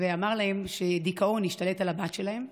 ואמר להם שדיכאון השתלט על הבת שלהם.